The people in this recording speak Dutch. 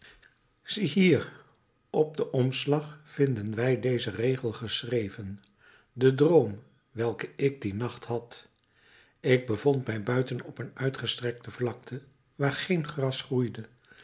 ziehier op den omslag vinden wij dezen regel geschreven de droom welken ik dien nacht had ik bevond mij buiten op een uitgestrekte vlakte waar geen gras groeide